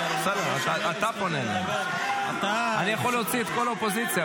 אני יכול להוציא את כל האופוזיציה,